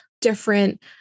different